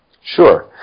Sure